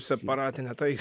separatinę taiką